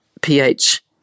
pH